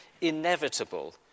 inevitable